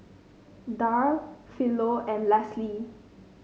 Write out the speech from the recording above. Darl Philo and Leslie